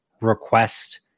request